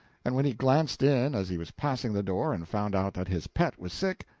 and when he glanced in as he was passing the door and found out that his pet was sick,